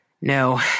No